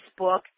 Facebook